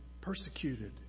persecuted